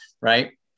right